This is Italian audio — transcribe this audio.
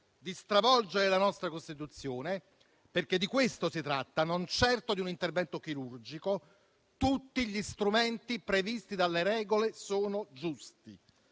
di stravolgere la nostra Costituzione (perché di questo si tratta, non certo di un intervento chirurgico), tutti gli strumenti previsti dalle regole sono giusti: